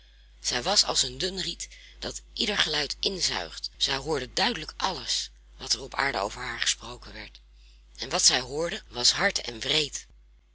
zij was als een dun riet dat ieder geluid inzuigt zij hoorde duidelijk alles wat er op aarde over haar gesproken werd en wat zij hoorde was hard en wreed